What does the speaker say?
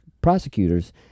Prosecutors